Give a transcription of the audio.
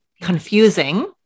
confusing